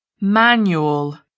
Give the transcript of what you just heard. manual